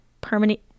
permanent